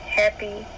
happy